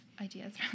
ideas